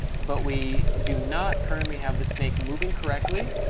but we do not currently have the snake moving correctly.